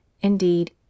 Indeed